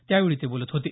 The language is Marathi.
त्यावेळी ते बोलत होते